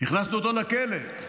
הכנסנו אותו לכלא.